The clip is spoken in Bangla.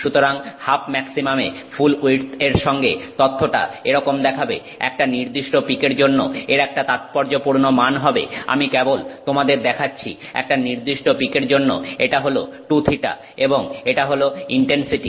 সুতরাং হাফ ম্যাক্সিমামে ফুল উইডথ এর সঙ্গে তথ্যটা এরকম দেখাবে একটা নির্দিষ্ট পিকের জন্য এর একটা তাৎপর্যপূর্ণ মান হবে আমি কেবল তোমাদের দেখাচ্ছি একটা নির্দিষ্ট পিকের জন্য এটা হল 2θ এবং এটা হল ইনটেনসিটি